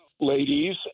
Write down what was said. Ladies